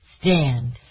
stand